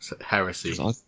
Heresy